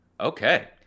Okay